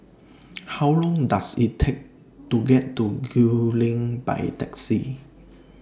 How Long Does IT Take to get to Gul Lane By Taxi